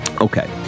Okay